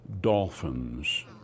dolphins